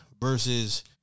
versus